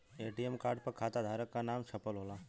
ATM card पर खाताधारक क नाम छपल होला